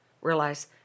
realize